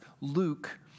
Luke